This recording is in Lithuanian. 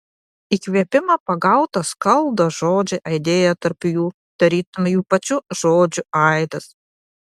įkvėpimo pagauto skaldo žodžiai aidėjo tarp jų tarytum jų pačių žodžių aidas